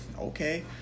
okay